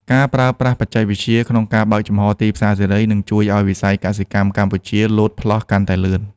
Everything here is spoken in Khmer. ការប្រើប្រាស់បច្ចេកវិទ្យា និងការបើកចំហរទីផ្សារសេរី នឹងជួយឱ្យវិស័យកសិកម្មកម្ពុជាលោតផ្លោះកាន់តែលឿន។